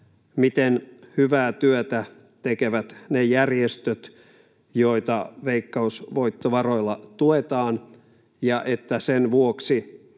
miten hyvää työtä tekevät ne järjestöt, joita veikkausvoittovaroilla tuetaan, ja että sen vuoksi